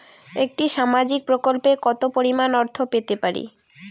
একটি সামাজিক প্রকল্পে কতো পরিমাণ অর্থ পেতে পারি?